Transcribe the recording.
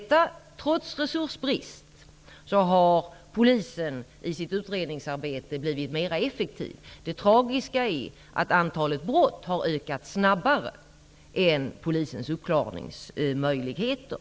Trots resursbrist har polisen i sitt utredningsarbete blivit mer effektiv. Det tragiska är att antalet brott har ökat snabbare än polisens uppklaringsmöjligheter.